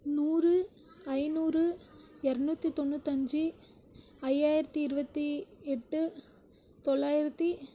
நூறு ஐநூறு இரநூத்தி தொண்ணூத்தஞ்சு ஐயாயிரத்து இருபத்தி எட்டு தொள்ளாயிரத்து